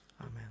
amen